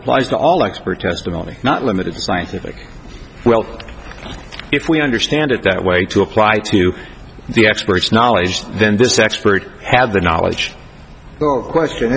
applies to all expert testimony not limited scientific well if we understand it that way to apply to the experts knowledge then this expert had the knowledge question